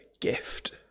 gift